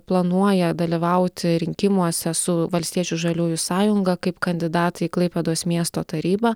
planuoja dalyvauti rinkimuose su valstiečių žaliųjų sąjunga kaip kandidatai į klaipėdos miesto tarybą